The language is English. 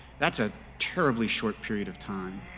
that's a terribly short period of time